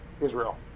Israel